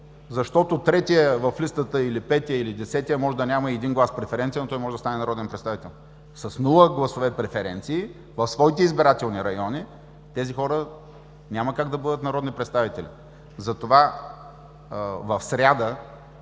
защото третият в листата или петият, или десетият, може да няма и един глас преференция, но той може да стане народен представител. С нула гласове преференции в своите избирателни райони тези хора няма как да бъдат народни представители. Затова в сряда,